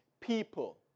people